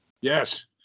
Yes